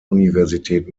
universität